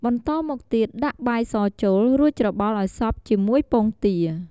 បន្តមកទៀតដាក់បាយសចូល រួចច្របល់ឱ្យសព្វជាមួយពងទា។